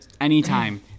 Anytime